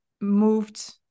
moved